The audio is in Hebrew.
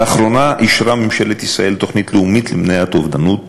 לאחרונה אישרה ממשלת ישראל תוכנית לאומית למניעת אובדנות